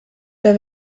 der